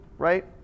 Right